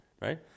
Right